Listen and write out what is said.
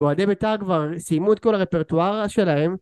אוהדי ביתר כבר סיימו את כל הרפרטואר שלהם